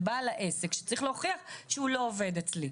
על בעל העסק שצריך להוכיח שהוא לא עובד אצלי.